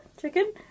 Chicken